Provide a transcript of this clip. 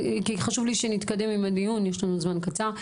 חשוב לי שנתקדם עם הדיון יש לנו זמן קצר.